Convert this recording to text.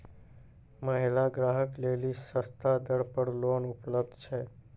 महिला ग्राहक लेली सस्ता दर पर लोन उपलब्ध छै?